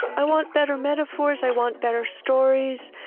i want better metaphors. i want better stories.